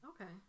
Okay